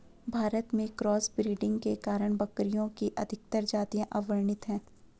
भारत में cross breeding के कारण बकरियों की अधिकतर जातियां अवर्णित है